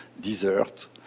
dessert